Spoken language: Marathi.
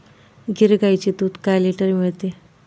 गीर गाईचे दूध काय लिटर मिळते?